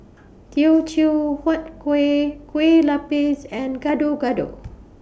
Teochew Huat Kuih Kueh Lapis and Gado Gado